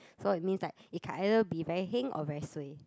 so it means like it can either be very heng or very suay